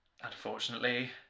Unfortunately